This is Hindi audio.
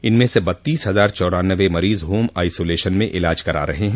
इनमें से बत्तीस हजार चौरान्नबे मरीज होम आइसोलेशन में इलाज करा रहे हैं